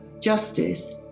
Justice